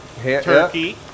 turkey